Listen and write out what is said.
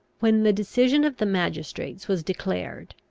when the decision of the magistrates was declared,